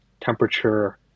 temperature